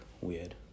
Weird